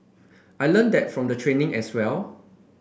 I learnt that from the training as well